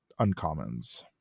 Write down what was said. uncommons